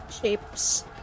shapes